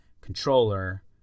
controller